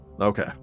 Okay